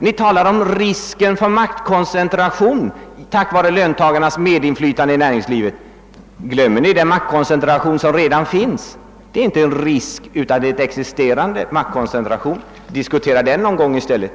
Ni talar om risken för maktkoncentration på grund av löntagarnas medinflytande i nä ringslivet. Glömmer ni den maktkoncentration som redan finns? Den som existerar redan. Diskutera den någon gång i stället!